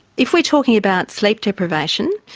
if we're talking about sleep deprivation,